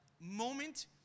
moment